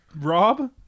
Rob